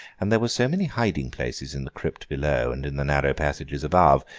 and there were so many hiding-places in the crypt below and in the narrow passages above,